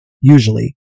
usually